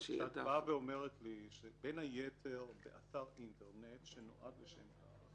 כשאת באה ואומרת לי: "בין היתר באתר אינטרנט שנועד לשם כך",